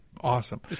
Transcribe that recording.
awesome